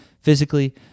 physically